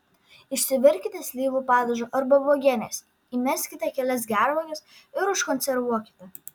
išsivirkite slyvų padažo arba uogienės įmeskite kelias gervuoges ir užkonservuokite